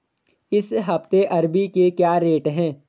इस हफ्ते अरबी के क्या रेट हैं?